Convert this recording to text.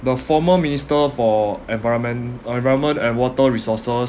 the former minister for environment environment and water resources